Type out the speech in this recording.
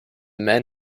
men